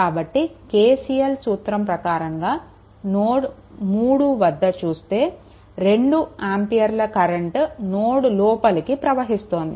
కాబట్టి KCL సూత్రం ప్రకారంగా నోడ్3 వద్ద చూస్తే 2 ఆంపియర్ల కరెంట్ నోడ్ లోపలికి ప్రవహిస్తోంది